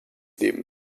nehmen